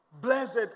Blessed